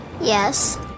Yes